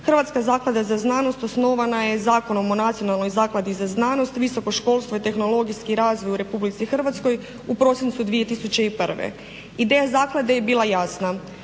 Hrvatska zaklada za znanost osnovana je Zakonom o Nacionalnoj zakladi za znanost visokoškolstvo i tehnologijski razvoj u RH u prosincu 2001. Ideja zaklade je bila jasna